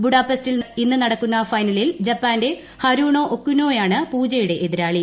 ബുഡാപെസ്റ്റിൽ ഇന്ന് നടക്കുന്നു ക്ഫെനലിൽ ജപ്പാന്റെ ഹരുണോ ഒകുനോയാണ് പൂജയുടെ എത്തിരുളി